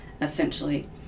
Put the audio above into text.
essentially